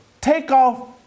Takeoff